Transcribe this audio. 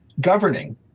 governing